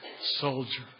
soldier